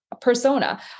persona